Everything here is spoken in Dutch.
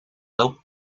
loopt